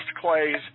clays